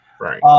Right